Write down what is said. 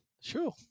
Sure